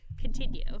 Continue